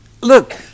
Look